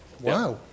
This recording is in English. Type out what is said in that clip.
Wow